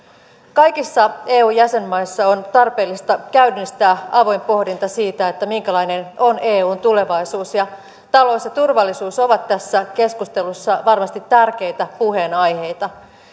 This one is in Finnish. kaikissa eu jäsenmaissa on tarpeellista käynnistää avoin pohdinta siitä minkälainen on eun tulevaisuus ja talous ja turvallisuus ovat tässä keskustelussa varmasti tärkeitä puheenaiheita